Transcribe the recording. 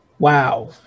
Wow